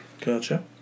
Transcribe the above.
Gotcha